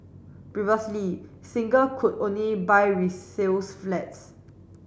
previously single could only buy resales flats